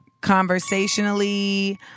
conversationally